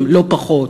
לא פחות,